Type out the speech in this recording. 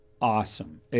awesome